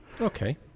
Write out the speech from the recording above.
Okay